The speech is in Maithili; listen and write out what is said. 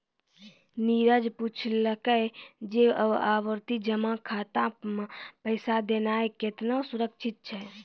नीरज पुछलकै जे आवर्ति जमा खाता मे पैसा देनाय केतना सुरक्षित छै?